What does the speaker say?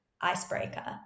icebreaker